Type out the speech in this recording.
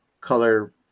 color